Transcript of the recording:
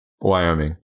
Wyoming